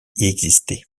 existaient